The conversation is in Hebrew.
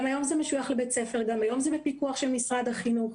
כמה עונים על דרישות משרד החינוך?